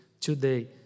today